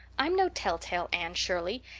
i'm no telltale, anne shirley,